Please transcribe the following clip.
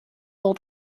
all